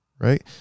right